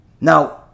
Now